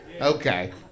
Okay